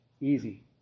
easy